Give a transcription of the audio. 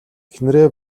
эхнэрээ